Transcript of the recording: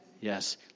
Yes